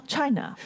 China